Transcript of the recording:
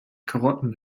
karotten